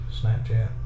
Snapchat